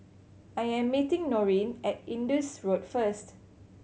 I am meeting Norene at Indus Road first